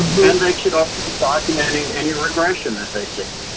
then they should also be documenting any regression that they see.